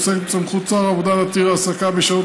העוסקת בסמכות שר העבודה להתיר העסקה בשעות